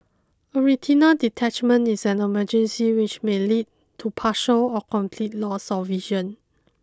a retinal detachment is an emergency which may lead to partial or complete loss of vision